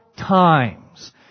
times